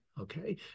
Okay